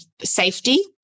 safety